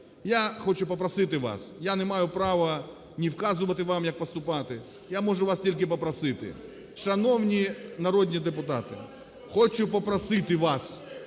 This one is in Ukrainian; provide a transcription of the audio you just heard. Я хочу попросити вас, я не маю права ні вказувати вам, як поступати, я можу вас тільки попросити: шановні народні депутати, хочу попросити вас